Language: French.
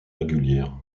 régulières